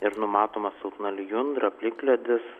ir numatoma silpna lijundra plikledis